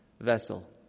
vessel